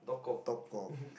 talk cock